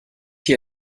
hier